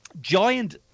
giant